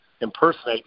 impersonate